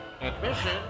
Admission